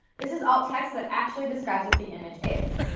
this is alt text that actually describes what the image is.